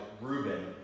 Reuben